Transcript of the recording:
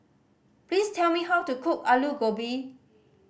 please tell me how to cook Alu Gobi